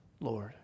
Lord